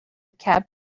cab